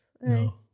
No